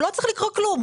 הוא לא צריך לקרוא כלום.